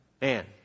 man